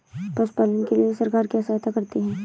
पशु पालन के लिए सरकार क्या सहायता करती है?